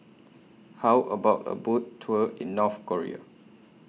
How about A Boat Tour in North Korea